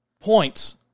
points